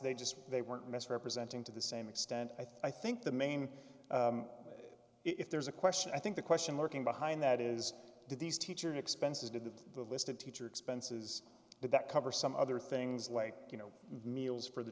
they just they weren't mess representing to the same extent i think the main if there's a question i think the question lurking behind that is did these teacher expenses did the list of teacher expenses that cover some other things like you know meals for the